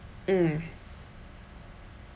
mm